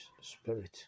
spirit